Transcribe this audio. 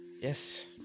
Yes